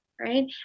right